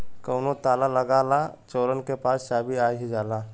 कउनो ताला लगा ला चोरन के पास चाभी आ ही जाला